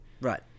right